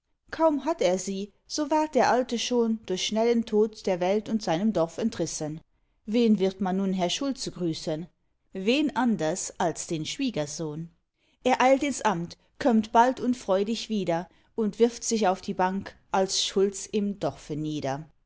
kaum hatt er sie so ward der alte schon durch schnellen tod der welt und seinem dorf entrissen wen wird man nun herr schulze grüßen wen anders als den schwiegersohn er eilt ins amt kömmt bald und freudig wieder und wirft sich auf die bank als schulz im dorfe nieder